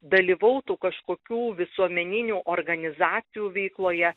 dalyvautų kažkokių visuomeninių organizacijų veikloje